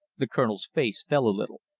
the colonel's face fell a little.